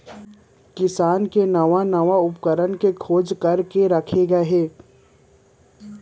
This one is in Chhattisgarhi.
किसानी के नवा नवा उपकरन के खोज करे गए हे